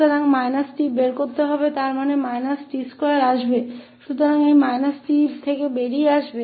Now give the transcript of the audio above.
तो हम प्राप्त करेंगे d2ds2 और फिर यहाँ हमारे पास फिर से dds है